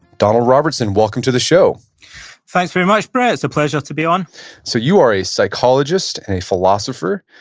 donald robertson, welcome to the show thanks very much, brett, it's a pleasure to be on so, you are a psychologist and a philosopher,